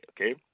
okay